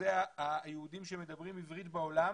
אחוזי היהודים שמדברים עברית בעולם